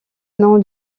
nom